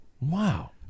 Wow